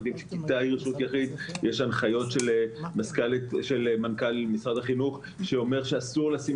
יש הנחיות של מנכ"ל משרד החינוך שאומר שאסור לשים